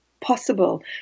possible